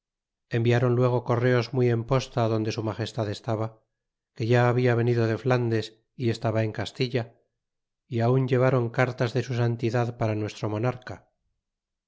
enviaron luego correos muy en posta adonde su magestad estaba que ya habia venido de flandes y estaba en castilla y aun llevaron cartas de su santidad para nuestro monarca